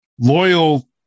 loyal